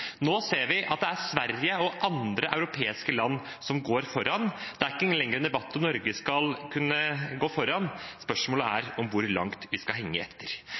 ser vi at det er Sverige og andre europeiske land som går foran. Det er ikke lenger en debatt om Norge skal kunne gå foran, spørsmålet er hvor langt vi skal henge etter.